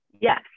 Yes